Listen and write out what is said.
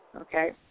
okay